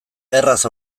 erraz